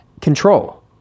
control